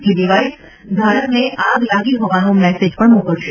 જે ડિવાઇસ ધારકને આગ લાગી હોવાનો મેસેજ પણ મોકલશે